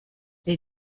les